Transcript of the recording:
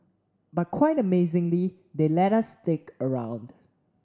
but quite amazingly they let us stick around